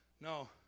No